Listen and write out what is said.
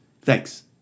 thanks